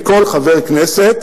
מכל חבר כנסת,